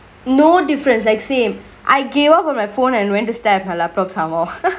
no difference like same I gave up on my phone and when to start her laptop towel